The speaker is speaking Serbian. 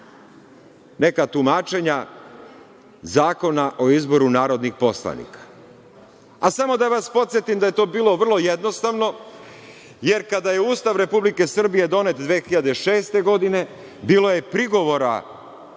neka tumačenja Zakona o izboru narodnih poslanika. Samo da vas podsetim da je to bilo vrlo jednostavno, jer kada je Ustav Republike Srbije donet 2006. godine bilo je prigovora